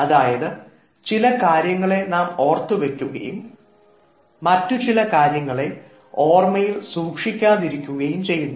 അതായത് ചില കാര്യങ്ങളെ നാം ഓർത്തു വെയ്ക്കുകയും മറ്റു ചില കാര്യങ്ങളെ ഓർമ്മയിൽ സൂക്ഷിക്കാതിരിക്കുകയും ചെയ്യുന്നു